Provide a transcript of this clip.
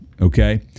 okay